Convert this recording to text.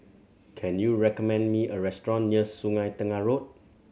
can you recommend me a restaurant near Sungei Tengah Road